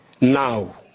now